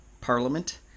Parliament